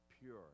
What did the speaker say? pure